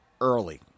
Early